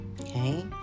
okay